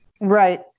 Right